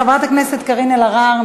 חברת הכנסת קארין אלהרר,